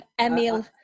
Emil